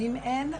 ואם אין,